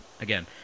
again